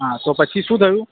હા તો પછી શું થયું